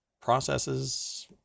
processes